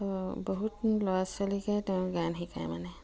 ত' বহুত ল'ৰা ছোৱালীকেই তেওঁৰ গান শিকায় মানে